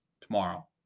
tomorrow